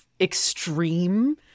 extreme